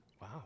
Wow